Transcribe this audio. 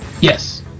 Yes